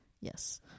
yes